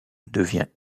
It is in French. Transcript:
devient